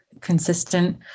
consistent